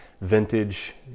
Vintage